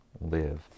live